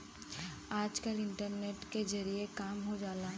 आजकल इन्टरनेट के जरिए काम हो जाला